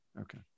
Okay